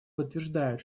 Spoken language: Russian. подтверждает